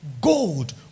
gold